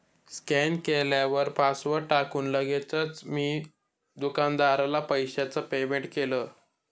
scan केल्यावर password टाकून लगेचच मी दुकानदाराला पैशाचं पेमेंट केलं